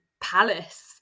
palace